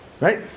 Right